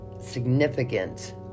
significant